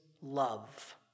love